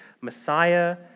Messiah